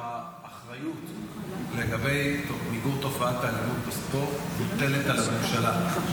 שהאחריות לגבי מיגור תופעת האלימות בספורט מוטלת על הממשלה,